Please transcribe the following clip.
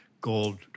Gold